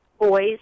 boys